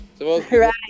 right